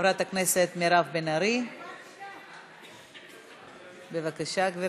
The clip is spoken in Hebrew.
חברת הכנסת מירב בן ארי, בבקשה, גברתי.